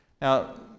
Now